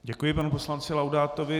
Děkuji panu poslanci Laudátovi.